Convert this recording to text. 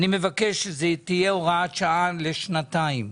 אני מבקש שזאת תהיה הוראת שעה לשנתיים.